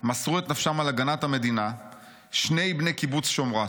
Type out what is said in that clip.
מסרו את נפשם על הגנת המדינה שני בני קיבוץ שמרת.